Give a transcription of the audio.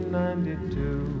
ninety-two